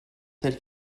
telle